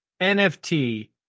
NFT